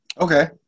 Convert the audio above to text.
Okay